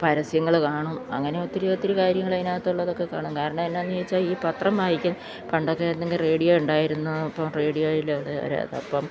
പരസ്യങ്ങള് കാണും അങ്ങനെ ഒത്തിരി ഒത്തിരി കാര്യങ്ങള് അതിനകത്തുള്ളതൊക്കെ കാണും കാരണമെന്താണെന്ന് ചോദിച്ചാല് ഈ പത്രം വായിക്കും പണ്ടൊക്കെ എന്തെങ്കിലും റേഡിയോ ഉണ്ടായിരുന്നു ഇപ്പം റേഡിയോയിലത് വരാത്തപ്പോള്